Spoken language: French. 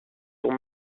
sont